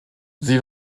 sie